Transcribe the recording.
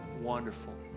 wonderful